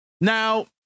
Now